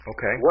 Okay